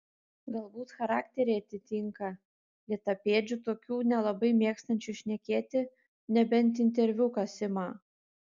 galbūt charakteriai atitinka lėtapėdžių tokių nelabai mėgstančių šnekėti nebent interviu kas ima